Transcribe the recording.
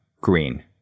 green